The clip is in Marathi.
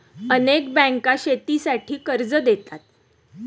अनेक बँका शेतीसाठी कर्ज देतात